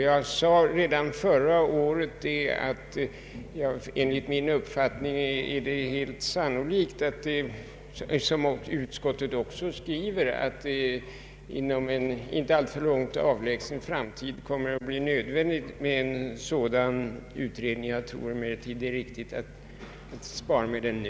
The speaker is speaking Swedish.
Jag sade redan förra året att det är sannolikt att det, som utskottet också skriver, inom en inte alltför avlägsen framtid kommer att bli nödvändigt med en sådan utredning. Jag tror emellertid att det är riktigt att vänta med den nu.